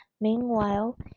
Meanwhile